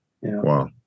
Wow